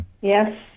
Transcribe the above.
Yes